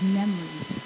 memories